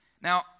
Now